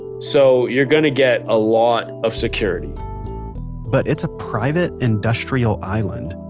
so you're going to get a lot of security but it's a private industrial island.